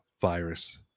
virus